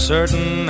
certain